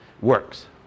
works